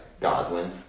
Godwin